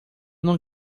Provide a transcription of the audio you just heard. não